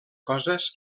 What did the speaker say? coses